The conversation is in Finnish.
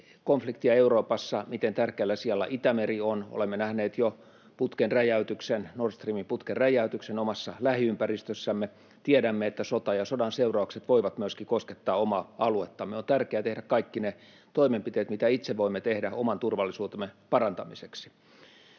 konfliktia Euroopassa, miten tärkeällä sijalla Itämeri on: olemme nähneet jo Nord Stream ‑putken räjäytyksen omassa lähiympäristössämme. Tiedämme, että sota ja sodan seuraukset voivat koskettaa myöskin omaa aluettamme. On tärkeä tehdä kaikki ne toimenpiteet, mitä itse voimme tehdä oman turvallisuutemme parantamiseksi.